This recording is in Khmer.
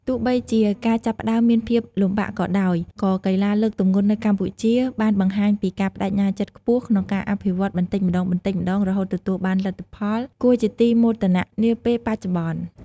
ទោះបីជាការចាប់ផ្តើមមានភាពលំបាកក៏ដោយ ក៏កីឡាលើកទម្ងន់នៅកម្ពុជាបានបង្ហាញពីការប្តេជ្ញាចិត្តខ្ពស់ក្នុងការអភិវឌ្ឍន៍បន្តិចម្តងៗរហូតទទួលបានលទ្ធផលគួរជាទីមោទនៈនាពេលបច្ចុប្បន្ន។